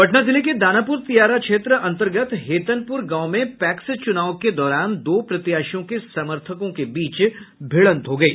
पटना जिले के दानापुर दियारा क्षेत्र अंतर्गत हेतनपुर गांव में पैक्स चुनाव के दौरान दो प्रत्याशियों के समर्थकों के बीच भिंड़त हो गयी